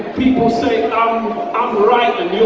people say i'm right